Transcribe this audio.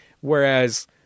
Whereas